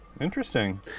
Interesting